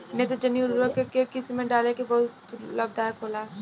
नेत्रजनीय उर्वरक के केय किस्त में डाले से बहुत लाभदायक होला?